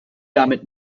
damit